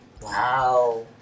Wow